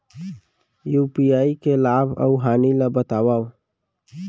UPI के लाभ अऊ हानि ला बतावव